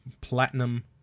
platinum